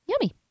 yummy